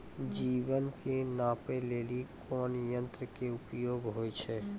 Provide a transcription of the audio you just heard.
जमीन के नापै लेली कोन यंत्र के उपयोग होय छै?